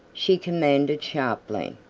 she commanded sharply.